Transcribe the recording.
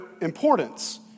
importance